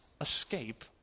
escape